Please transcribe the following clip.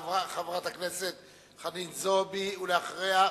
חברת הכנסת חנין זועבי, ואחריה,